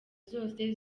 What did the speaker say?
zose